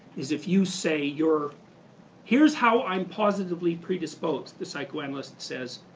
is if you say you're here's how i'm positively predisposed, the psychoanalyst says,